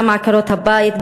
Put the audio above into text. גם עקרות-הבית,